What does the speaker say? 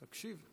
תקשיב.